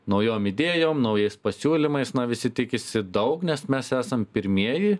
naujom idėjom naujais pasiūlymais na visi tikisi daug nes mes esam pirmieji